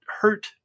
hurt